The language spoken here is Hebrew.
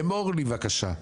אמור לי בבקשה,